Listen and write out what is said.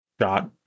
shot